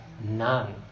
none